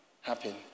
happen